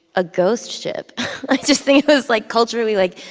a ghost ship. i just think it was, like, culturally, like,